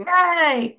Yay